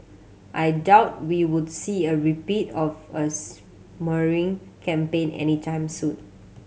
I doubt we would see a repeat of a smearing campaign any time soon